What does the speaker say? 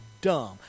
dumb